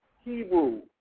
Hebrew